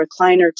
recliner